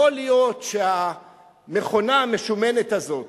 יכול להיות שהמכונה המשומנת הזאת